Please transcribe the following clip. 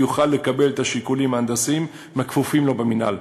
יכול לקבל את השיקולים ההנדסיים עם הכפופים לו במינהל.